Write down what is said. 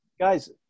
guys